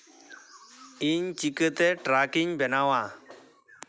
ᱤᱧ ᱪᱤᱠᱟᱹᱛᱮ ᱴᱨᱟᱠᱤᱧ ᱵᱮᱱᱟᱣᱟ